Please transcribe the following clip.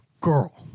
Girl